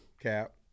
cap